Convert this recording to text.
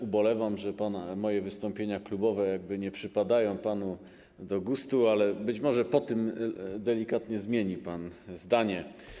Ubolewam, że moje wystąpienia klubowe nie przypadają panu do gustu, ale być może po tym delikatnie zmieni pan zdanie.